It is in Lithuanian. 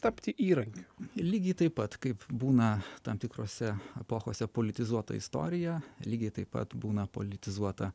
tapti įrankiu lygiai taip pat kaip būna tam tikrose epochose politizuota istorija lygiai taip pat būna politizuota